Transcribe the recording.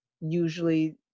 usually